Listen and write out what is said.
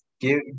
give